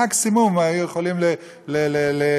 מקסימום היו יכולים לנגב,